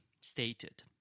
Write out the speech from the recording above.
stated